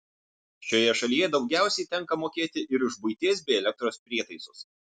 šioje šalyje daugiausiai tenka mokėti ir už buities bei elektros prietaisus